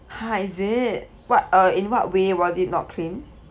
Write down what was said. ha is it what uh in what way was it not clean